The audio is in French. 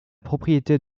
propriété